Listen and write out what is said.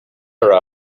her